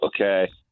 okay